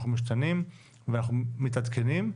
אנחנו משתנים ואנחנו מתעדכנים.